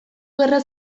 gerra